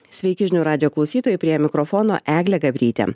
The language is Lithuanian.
sveiki žinių radijo klausytojai prie mikrofono eglė gabrytė